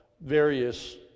various